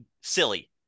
silly